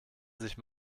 sich